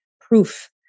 proof